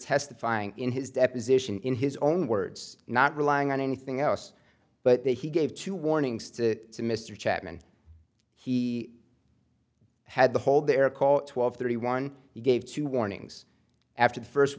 testifying in his deposition in his own words not relying on anything else but that he gave two warnings to mr chapman he had to hold their call twelve thirty one he gave two warnings after the first